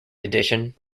edition